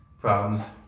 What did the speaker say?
problems